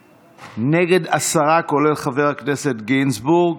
נגד, עשרה, כולל חבר הכנסת גינזבורג.